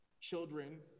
Children